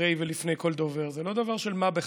אחרי ולפני כל דובר, זה לא דבר של מה בכך.